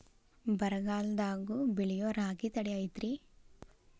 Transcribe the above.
ಬರಗಾಲದಾಗೂ ಬೆಳಿಯೋ ರಾಗಿ ತಳಿ ಐತ್ರಿ?